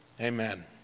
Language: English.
Amen